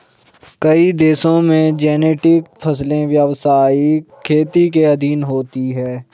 कई देशों में जेनेटिक फसलें व्यवसायिक खेती के अधीन होती हैं